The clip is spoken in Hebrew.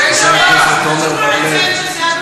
איילת, למה יום שישי?